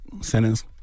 sentence